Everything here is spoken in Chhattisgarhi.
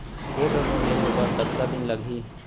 गोल्ड लोन लेहे बर कतका दिन लगही?